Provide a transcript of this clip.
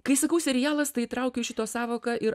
kai sakau serialas tai įtraukiu į šito sąvoką ir